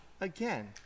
again